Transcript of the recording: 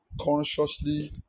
consciously